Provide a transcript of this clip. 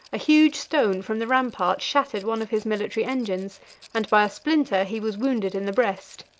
a huge stone from the rampart shattered one of his military engines and by a splinter he was wounded in the breast.